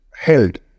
held